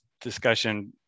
discussion